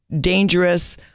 dangerous